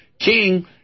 king